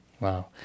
Wow